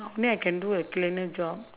for me I can do a cleaner job